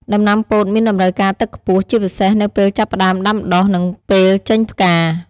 ដំណាំពោតមានតម្រូវការទឹកខ្ពស់ ជាពិសេសនៅពេលចាប់ផ្តើមដាំដុះ និងពេលចេញផ្កា។